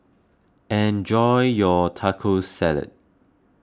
enjoy your Taco Salad